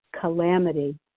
calamity